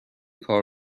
کار